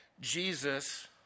Jesus